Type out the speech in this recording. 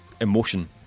emotion